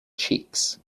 cheeks